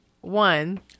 One